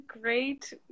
great